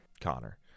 Connor